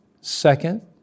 Second